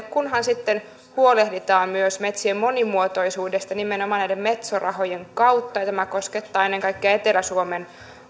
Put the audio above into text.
kunhan sitten huolehditaan myös metsien monimuotoisuudesta nimenomaan näiden metso rahojen kautta ja tämä koskettaa ennen kaikkea etelä suomen